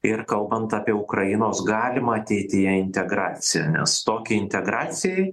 ir kalbant apie ukrainos galimą ateityje integraciją nes tokiai integracijai